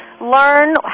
learn